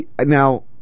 Now